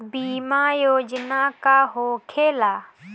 बीमा योजना का होखे ला?